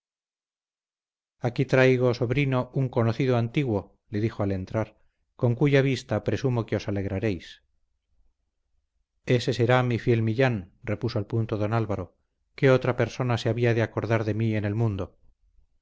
aquí traigo sobrino un conocido antiguo le dijo al entrar con cuya vista presumo que os alegraréis ese será mi fiel millán repuso al punto don álvaro qué otra persona se había de acordar de mí en el mundo